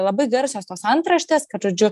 labai garsios tos antraštės kad žodžiu